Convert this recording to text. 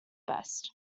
best